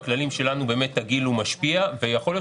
בכללים שלנו הגיל הוא משפיע ויכול להיות